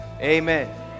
amen